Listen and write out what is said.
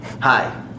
hi